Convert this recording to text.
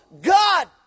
God